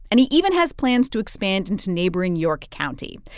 and he even has plans to expand into neighboring york county.